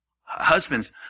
Husbands